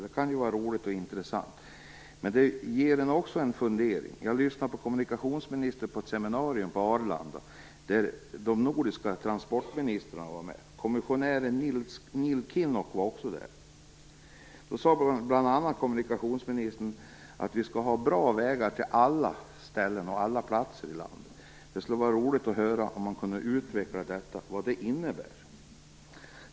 Det kan ju vara roligt och intressant, men det gör en också fundersam. Jag lyssnade på kommunikationsministern på ett seminarium på Arlanda, där de nordiska transportministrarna var med. Kommissionären Neil Kinnock var också där. Då sade kommunikationsministern bl.a. att vi skall ha bra vägar till alla ställen och platser i landet. Det skulle vara roligt att höra om hon kunde utveckla detta och vad det innebär.